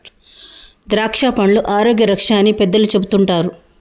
ద్రాక్షపండ్లు ఆరోగ్య రక్ష అని పెద్దలు చెపుతుంటారు